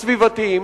הסביבתיים,